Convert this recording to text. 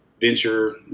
venture